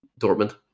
Dortmund